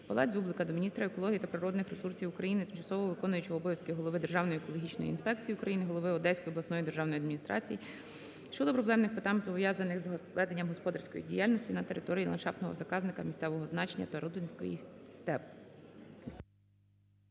Павла Дзюблика до міністра екології та природних ресурсів України, тимчасово виконуючого обов'язки голови Державної екологічної інспекції України, голови Одеської обласної державної адміністрації щодо проблемних питань пов'язаних з проведенням господарської діяльності на території ландшафтного заказника місцевого значення Тарутинський степ.